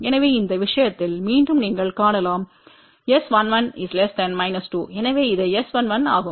எனவே இந்த விஷயத்தில் மீண்டும் நீங்கள் காணலாம் S11 2 எனவே இது S11 ஆகும்